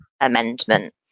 amendment